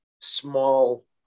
small